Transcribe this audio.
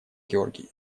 георгий